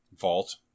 Vault